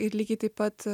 ir lygiai taip pat